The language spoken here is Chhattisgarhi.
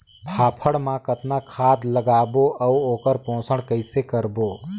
फाफण मा कतना खाद लगाबो अउ ओकर पोषण कइसे करबो?